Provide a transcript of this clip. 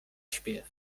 śpiew